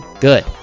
good